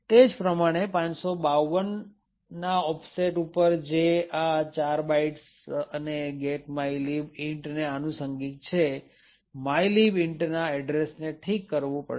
તે જ પ્રમાણે 552 ના ઓફસેટ ઉપર કે જે આ ચાર બાઈટસ અને get mylib int ને આનુસંગિક છે mylib intના એડ્રેસ ને ઠીક કરવું પડશે